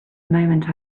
moment